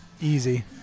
easy